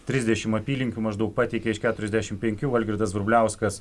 trisdešimt apylinkių maždaug pateikė iš keturiasdešimt penkių algirdas vrubliauskas